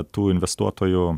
tų investuotojų